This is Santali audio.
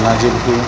ᱪᱟᱱᱟ ᱡᱤᱞᱯᱤ